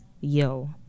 Yo